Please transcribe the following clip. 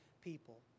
people